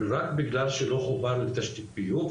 רק בגלל שלא חובר לתשתית הביוב,